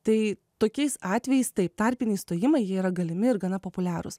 tai tokiais atvejais taip tarpiniai sustojimai jie yra galimi ir gana populiarūs